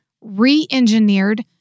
re-engineered